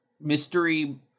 mystery